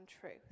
truth